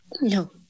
No